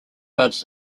buds